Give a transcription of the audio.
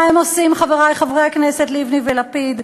מה הם עושים, חברי חברי הכנסת, לבני ולפיד?